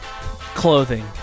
clothing